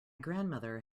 grandmother